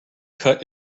cut